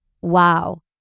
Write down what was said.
wow